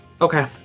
okay